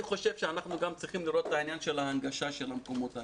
אני חושב שאנחנו גם צריכים לראות את העניין של ההנגשה של המקומות האלה.